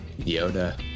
Yoda